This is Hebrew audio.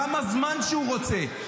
כמה זמן שהוא רוצה.